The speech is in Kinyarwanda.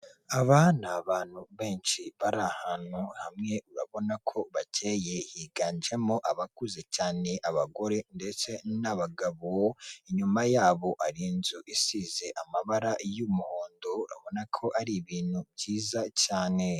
Aba ni abantu benshi bari ahantu hamwe urabona ko bakeye higanjemo abakuze cyane abagore ndetse n'abagabo inyuma yabo ari inzu isize amabara y'umuhondo urabona ko ari ibintu byiza cyane.